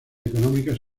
económicas